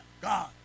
God